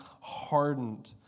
hardened